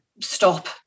stop